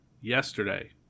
yesterday